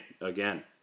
again